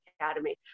academy